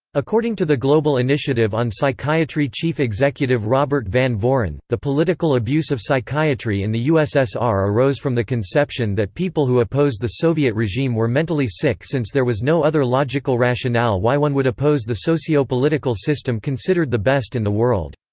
according to the global initiative on psychiatry chief executive robert van voren, the political abuse of psychiatry in the ussr arose from the conception that people who opposed the soviet regime were mentally sick since there was no other logical rationale why one would oppose the sociopolitical system considered the best in the world.